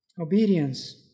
Obedience